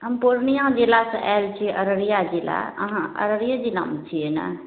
हम पूर्णिया जिलासँ आयल छी अररिया जिला अहाँ अररिये जिलामे छियै ने